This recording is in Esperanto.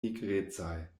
nigrecaj